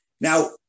now